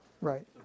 right